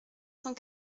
cent